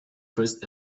first